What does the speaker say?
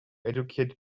educated